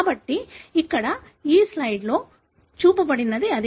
కాబట్టి ఇక్కడ ఈ స్లయిడ్లో చూపబడినది అదే